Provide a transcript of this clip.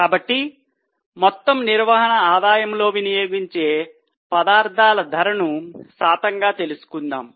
కాబట్టి మొత్తం నిర్వహణ ఆదాయంలో వినియోగించే పదార్థాల ధరను శాతంగా తెలుసుకుందాం